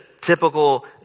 typical